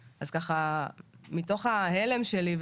אז ככה מתוך ההלם שלי,